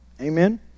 Amen